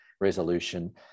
resolution